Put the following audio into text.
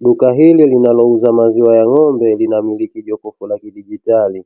Duka hili linalouza maziwa ya ng'ombe linamikiki jokofu la kidijitali